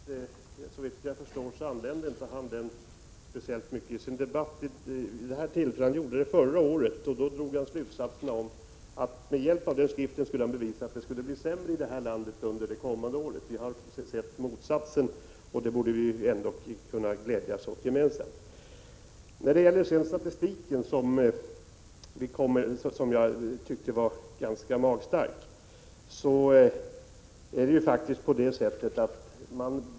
Herr talman! Jag börjar med Bengt Wittbom. Denne viftade med en skrift, men såvitt jag förstår använde han den inte speciellt mycket i sin argumentering vid detta tillfälle. Han gjorde detsamma förra året och drog slutsatsen att han med hjälp av den skriften skulle kunna bevisa att det skulle bli sämre i Sverige under det kommande året. Vi har nu sett motsatsen, och det borde vi kunna glädjas åt gemensamt. Den statistik som åberopades var ganska magstark.